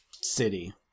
city